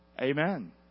Amen